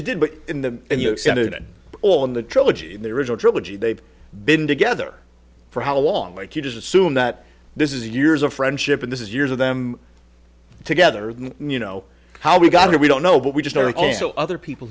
all in the trilogy in the original trilogy they've been together for how long like you just assume that this is a years of friendship and this is years of them together you know how we got here we don't know but we just are also other people